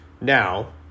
Now